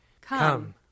Come